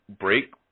break